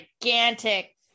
gigantic